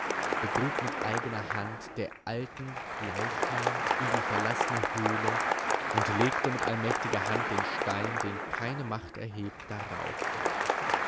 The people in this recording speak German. begrub mit eigner hand der alten leichnam in die verlaßne höhle und legte mit allmächtiger hand den stein den keine macht erhebt darauf